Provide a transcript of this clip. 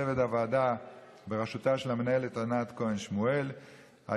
הוועדה שתיעשה עבודה מאומצת על מנת שבמהלך התקופה